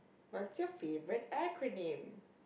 what's your favorite acronym